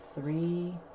three